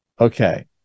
Okay